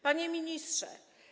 Panie Ministrze!